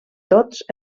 tots